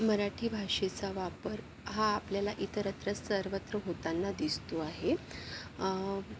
मराठी भाषेचा वापर हा आपल्याला इतरत्र सर्वत्र होतांना दिसतो आहे